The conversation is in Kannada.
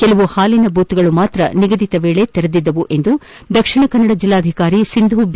ಕೆಲವು ಹಾಲಿನ ಬೂತ್ಗಳು ಮಾತ್ರ ನಿಗದಿತ ಸಮಯದಲ್ಲಿ ತೆರೆದಿದ್ದವು ಎಂದು ದಕ್ಷಿಣ ಕನ್ನಡ ಜಿಲ್ಲಾಧಿಕಾರಿ ಸಿಂಧೂ ಬಿ